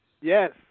Yes